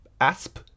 asp